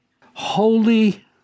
holy